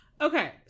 okay